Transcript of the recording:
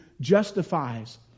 justifies